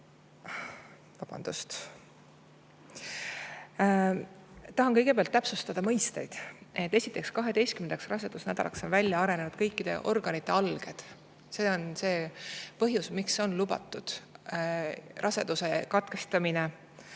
Tahan kõigepealt täpsustada mõisteid. Esiteks, 12. rasedusnädalaks on välja arenenud kõikide organite alged. See on see põhjus, miks on lubatud raseduse katkestamine